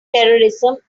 terrorism